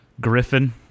Griffin